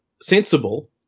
sensible